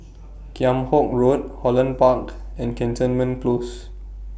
Kheam Hock Road Holland Park and Cantonment Close